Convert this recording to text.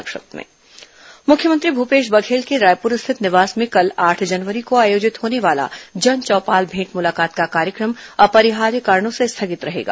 संक्षिप्त समाचार मुख्यमंत्री भूपेश बघेल के रायपुर स्थित निवास में कल आठ जनवरी को आयोजित होने वाला जनचौपाल भेंट मुलाकात का कार्यक्रम अपरिहार्य कारणों से स्थगित रहेगा